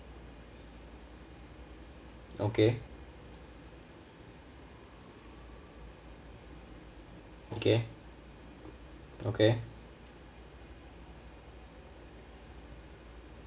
okay okay okay